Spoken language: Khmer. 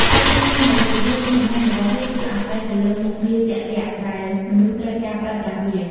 ភាពខុសគ្នានៃរូបរាង និងទំហំរបស់វាគឺអាស្រ័យទៅលើមុខងារជាក់លាក់ដែលមនុស្សត្រូវការប្រើប្រាស់វា។